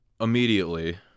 immediately